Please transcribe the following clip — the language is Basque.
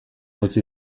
utzi